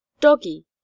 Doggy